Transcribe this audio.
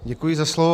Děkuji za slovo.